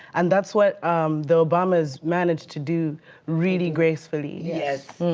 and that's what the obama's managed to do really gracefully. yes.